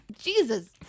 Jesus